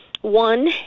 One